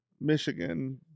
Michigan